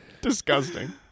disgusting